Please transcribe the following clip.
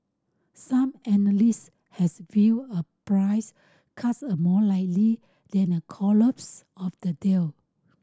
some analysts has viewed a price cut as more likely than a collapse of the deal